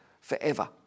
forever